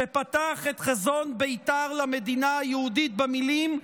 שפתח את חזון בית"ר למדינה היהודית במילים: